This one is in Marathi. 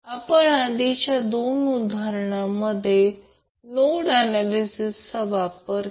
या आधीच्या दोन उदाहरणांमध्ये आपण नोड ऍनॅलिसिसचा वापर केला